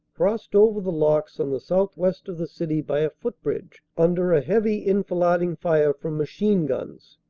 crossed over the locks on the southwest of the city by a footbridge under a heavy enfil ading fire from machine-guns,